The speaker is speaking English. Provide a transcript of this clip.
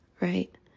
right